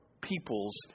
people's